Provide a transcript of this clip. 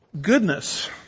Goodness